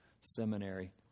Seminary